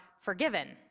forgiven